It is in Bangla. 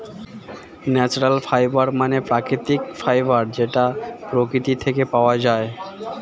ন্যাচারাল ফাইবার মানে প্রাকৃতিক ফাইবার যেটা প্রকৃতি থেকে পাওয়া যায়